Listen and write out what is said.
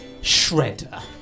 shredder